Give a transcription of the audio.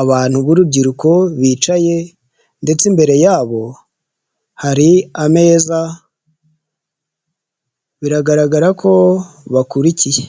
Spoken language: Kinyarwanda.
abantu b'urubyiruko bicaye ndetse imbere yabo hari ameza biragaragara ko bakurikiye.